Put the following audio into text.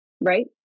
Right